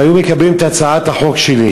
אם היו מקבלים את הצעת החוק שלי,